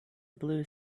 blue